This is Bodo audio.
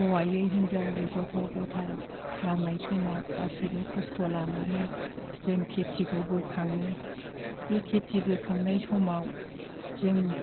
हौवायै हिन्जावै गथ' गथाइ मावनाय समाव गासैबो खस्थ' लानानै जों खेथिखौ बोखाङो बे खेथि बोखांनाय समाव जों